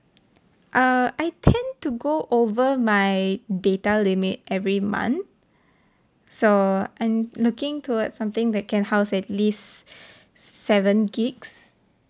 uh I tend to go over my data limit every month so I'm looking towards something that can house at least seven gigs